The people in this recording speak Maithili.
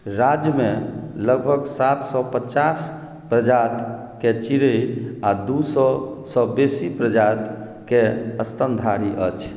राज्यमे लगभग सात सए पचास प्रजातिके चिड़ै आ दू सएसँ बेसी प्रजातिके स्तनधारी अछि